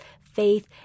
faith